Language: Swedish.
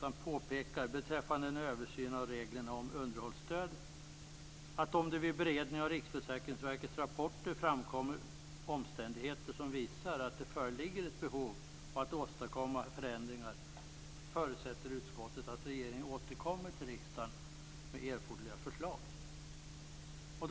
Man påpekar också beträffande en översyn av reglerna om underhållsstöd att utskottet förutsätter att regeringen återkommer till riksdagen med erforderliga förslag om det vid beredning av Riksförsäkringsverkets rapporter framkommer omständigheter som visar att det föreligger ett behov av att åstadkomma förändringar.